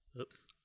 oops